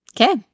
Okay